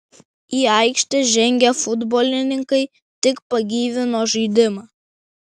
į aikštę žengę futbolininkai tik pagyvino žaidimą